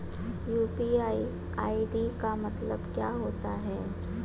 UPI ID का मतलब क्या होता है?